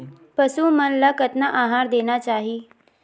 पशु मन ला कतना आहार देना चाही?